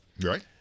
Right